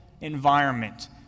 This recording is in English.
environment